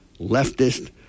leftist